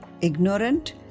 ignorant